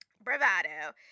bravado